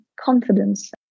confidence